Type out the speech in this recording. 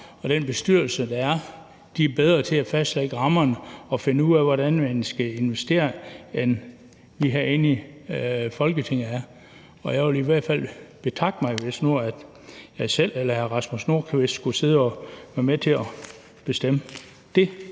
og den bestyrelse, der er, er bedre til at fastlægge rammerne og finde ud af, hvordan man skal investere, end vi herinde i Folketinget er det, og jeg ville i hvert fald betakke mig, hvis nu jeg selv eller hr. Rasmus Nordqvist skulle sidde og være med til at bestemme det.